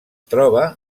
troba